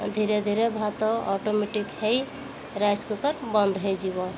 ଧୀରେ ଧୀରେ ଭାତ ଅଟୋମେଟିକ୍ ହେଇ ରାଇସ୍ କୁକର୍ ବନ୍ଦ ହେଇଯିବ